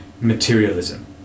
materialism